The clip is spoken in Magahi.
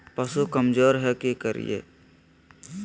पशु कमज़ोर है कि करिये?